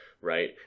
right